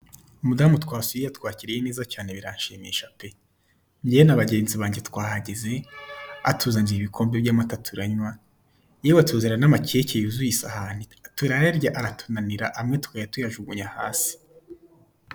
Umudamu twasuye yatwakiriye neza cyane biranshimisha pe! Ngewe na bagenzi bange twahageze, atuzanira ibikombe by'amata turanywa, yewe atuzanira n'amakeke yuzuye isahani turayarya aratunanira amwe tukajya tuyajugunya hasi.